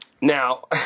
Now